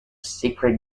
secret